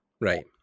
Right